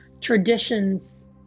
traditions